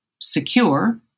secure